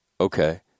Okay